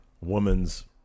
woman's